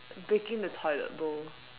breaking the toilet bowl